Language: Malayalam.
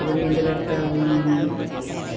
അതിന് എൻ്റെ ഭർത്താവും